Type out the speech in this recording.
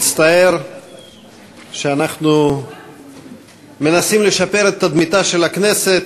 מצטער שאנחנו מנסים לשפר את תדמיתה של הכנסת